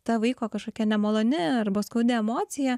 ta vaiko kažkokia nemaloni arba skaudi emocija